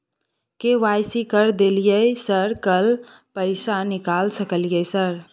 KYC कर दलियै sir कल पैसा निकाल सकलियै सर?